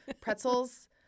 pretzels